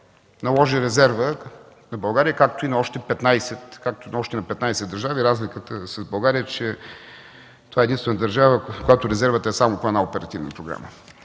наложи резерва на България, както и още на 15 държави. Разликата с България е, че това е единствената държава, в която резервът е само по една оперативна програма.